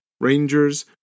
rangers